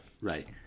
right